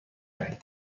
دهیم